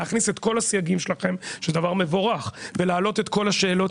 להכניס את כל הסייגים שלכם שזה דבר מבורך ולהעלות את כל השאלות,